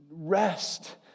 rest